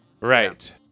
right